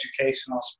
educational